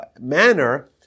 manner